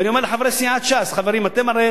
ואני אומר לחברי סיעת ש"ס: חברים, אתם הרי